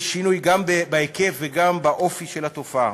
יש שינוי גם בהיקף וגם באופי של התופעה.